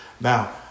Now